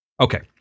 okay